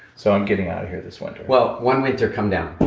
so i'm getting out of here this winter well, one winter come down.